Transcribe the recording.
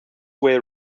way